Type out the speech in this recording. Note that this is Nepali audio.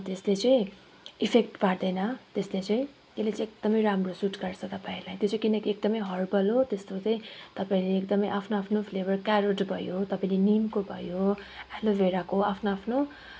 त्यसले चाहिँ इफेक्ट पार्दैन त्यसले चाहिँ त्यसले चाहिँ एकदमै राम्रो सुट गर्छ तपाईँलाई त्यो चाहिँ किनकि एकदमै हर्बल हो त्यस्तो चाहिँ तपाईँले एकदमै आफ्नो आफ्नो फ्लेभर क्यारोट भयो तपाईँले निमको भयो एलोभेराको आफ्नो आफ्नो